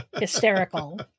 hysterical